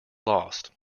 lost